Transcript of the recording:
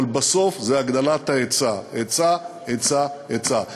אבל בסוף זה הגדלת ההיצע, היצע, היצע, היצע.